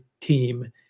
team